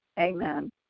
Amen